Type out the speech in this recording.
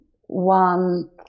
one